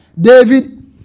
David